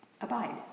Abide